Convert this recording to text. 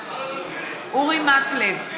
אורי מקלב,